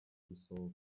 gusohoka